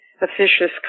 officious